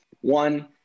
one